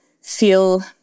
feel